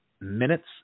minutes